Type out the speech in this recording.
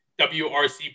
WRC